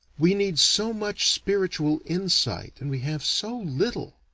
we need so much spiritual insight, and we have so little.